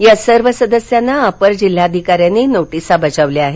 या सर्व सदस्याना अपर जिल्हाधिकार्यानी नोटिसा बजावल्या आहेत